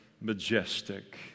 majestic